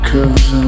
Cause